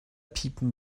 piepen